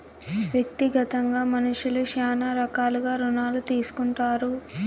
వ్యక్తిగతంగా మనుష్యులు శ్యానా రకాలుగా రుణాలు తీసుకుంటారు